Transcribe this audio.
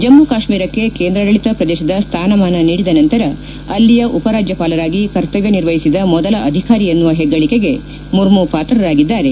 ಜಮ್ನು ಕಾಶ್ನೀರಕ್ಕೆ ಕೇಂದ್ರಾಡಳತ ಪ್ರದೇಶದ ಸ್ಥಾನಮಾನ ನೀಡಿದ ನಂತರ ಅಲ್ಲಿಯ ಉಪರಾಜ್ಯಪಾಲರಾಗಿ ಕರ್ತವ್ಯ ನಿರ್ವಹಿಸಿದ ಮೊದಲ ಅಧಿಕಾರಿ ಎನ್ನುವ ಹೆಗ್ಗಳಿಕೆಗೆ ಮುರ್ಮು ಪಾತ್ರರಾಗಿದ್ದಾರೆ